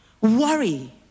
worry